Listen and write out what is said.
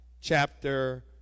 chapter